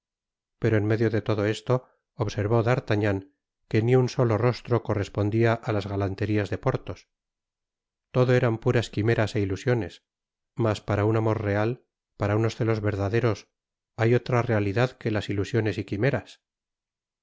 pero en medio de todo esto observó d'artagnan que ni un solo rostro correspondia á las galanterias de porthos todo eran puras quimeras é ilusiones mas para un amor real para unos celos verdaderos hay otra realidad que las ilusiones y quimeras